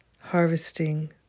harvesting